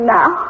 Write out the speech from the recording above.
now